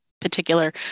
particular